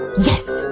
yes!